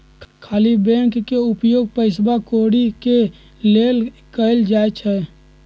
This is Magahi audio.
खाली बैंक के उपयोग पइसा कौरि के लेल कएल जाइ छइ